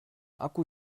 akku